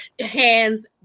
Hands